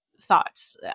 thoughts